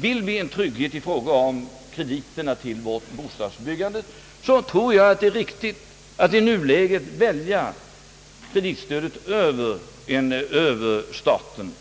Vill vi ge trygghet i fråga om krediterna till vårt bostadsbyggande, tror jag det är riktigt att i nuläget välja ett kreditstöd över staten,